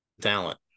talent